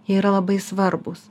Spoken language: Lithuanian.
yra labai svarbūs